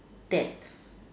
death